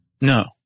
No